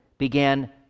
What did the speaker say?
began